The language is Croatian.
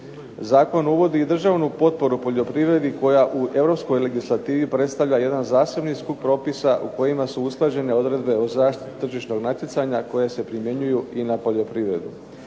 Zakon uvodi i državnu potporu poljoprivredi koja u europskoj legislativi predstavlja jedan zasebni skup propisa u kojima su usklađene odredbe o zaštiti tržišnog natjecanja koje se primjenjuju i u poljoprivredi.